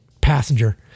passenger